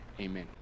amen